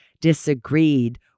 disagreed